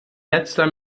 letzter